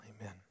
Amen